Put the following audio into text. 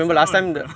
so what happen lah